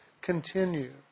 continue